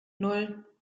nan